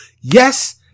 Yes